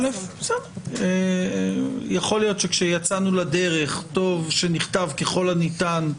יכול להיות שכאשר יצאנו לדרך טוב שנכתב "ככל הניתן",